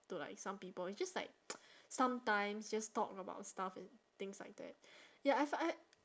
to like some people it's just like sometimes just talk about stuff and things like that ya I've had